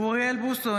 אוריאל בוסו,